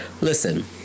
listen